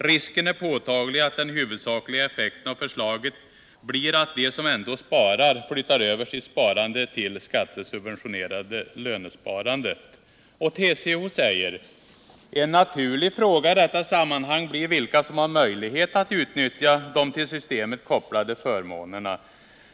Risken är påtaglig att den huvudsakliga effekten av förslaget blir att de som ändå sparar, Värdesäkert lön sparande Värdesäkert lönsparande flyttar över sitt sparande till det skattesubventionerade lönsparandet.” TCO säger: ”En naturlig fråga i detta sammanhang blir vilka som har möjlighet att utnyttja de till systemet kopplade förmånerna.